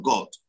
God